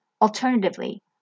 Alternatively